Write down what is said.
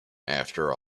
after